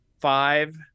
five